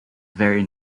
very